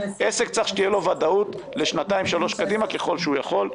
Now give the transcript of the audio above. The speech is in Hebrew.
עסק צריך שתהיה לו ודאות לשנתיים-שלוש קדימה ככל שהוא יכול.